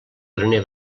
graner